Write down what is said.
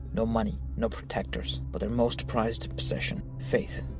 no money. no protectors but their most prized possession, faith.